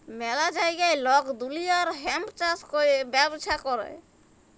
ম্যালা জাগায় লক দুলিয়ার হেম্প চাষ ক্যরে ব্যবচ্ছা ক্যরে